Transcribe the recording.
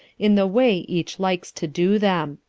in the way each likes to do them.